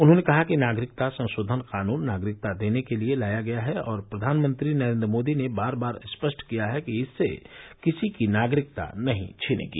उन्होंने कहा कि नागरिकता संशोधन कानून नागरिकता देने के लिए लाया गया है और प्रधानमंत्री नरेंद्र मोदी ने बार बार स्पष्ट किया है कि इससे किसी की नागरिकता नहीं छिनेगी